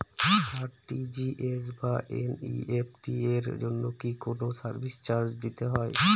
RTGS বা NEFT এর জন্য কি কোনো সার্ভিস চার্জ দিতে হয়?